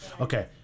Okay